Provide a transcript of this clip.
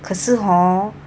可是 hor